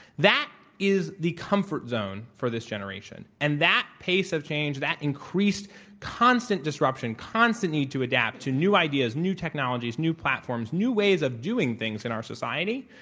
that is the comfort zone for this generation. and that pace of change, that increased constant disruption, constant need to adapt to new ideas, new technologies, new platforms, new ways of doing things in our society,